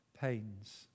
pains